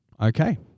Okay